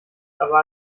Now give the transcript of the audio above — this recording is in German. aber